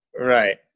right